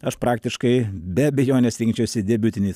aš praktiškai be abejonės rinkčiausi debiutinį